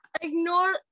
Ignore